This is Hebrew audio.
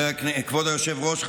היושב-ראש,